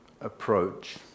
approach